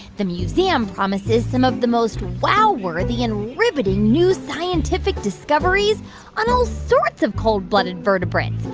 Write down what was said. the museum promises some of the most wow-worthy and riveting new scientific discoveries on all sorts of cold-blooded vertebrates,